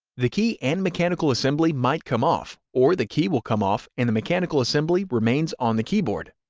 the key and mechanical assembly might come off, or the key will come off and the mechanical assembly remains on the keyboard.